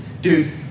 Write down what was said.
Dude